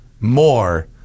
more